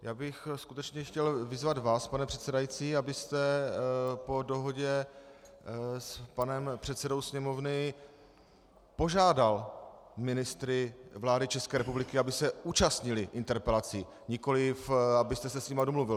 Já bych skutečně chtěl vyzvat vás, pane předsedající, abyste po dohodě s panem předsedou Sněmovny požádal ministry vlády České republiky, aby se účastnili interpelací, nikoliv abyste se s nimi domluvil.